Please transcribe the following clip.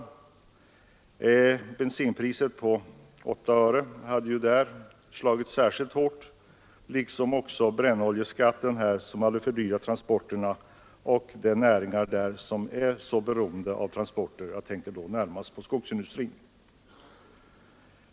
En höjning av bensinpriset med 8 öre hade där slagit särskilt hårt liksom också brännoljeskatten, som hade fördyrat transporterna för de näringar som är beroende av dem, särskilt då skogsindustrin.